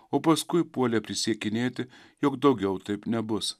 o paskui puolė prisiekinėti jog daugiau taip nebus